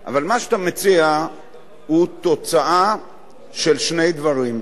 אבל מה שאתה מציע הוא תוצאה של שני דברים,